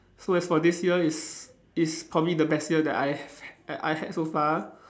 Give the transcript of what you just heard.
so as for this year it's it's probably the best year that I have had I had so far